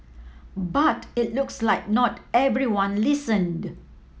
but it looks like not everyone listened